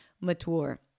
mature